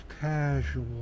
casual